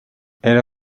era